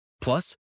Plus